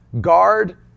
guard